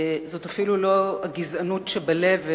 זו אפילו לא הגזענות שבלב,